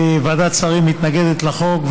ועדת שרים מתנגדת לחוק,